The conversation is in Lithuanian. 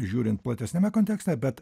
žiūrint platesniame kontekste bet